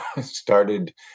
started